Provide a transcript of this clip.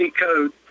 code